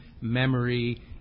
memory